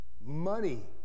money